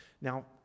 Now